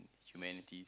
humanity